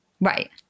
Right